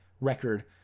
record